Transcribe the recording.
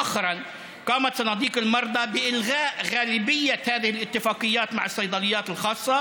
לאחרונה קופות החולים ביטלו את רוב ההסכמים עם בתי המרקחת הפרטיים